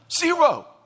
Zero